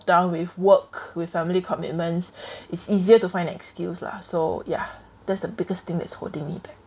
down with work with family commitments it's easier to find excuse lah so ya that's the biggest thing that's holding me back